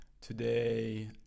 today